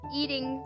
eating